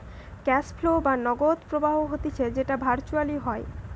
cash flow বা নগদ প্রবাহ হতিছে যেটো ভার্চুয়ালি হয়